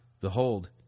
behold